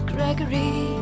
Gregory